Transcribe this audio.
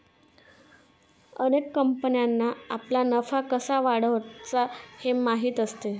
अनेक कंपन्यांना आपला नफा कसा वाढवायचा हे माहीत असते